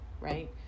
right